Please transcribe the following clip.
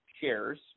shares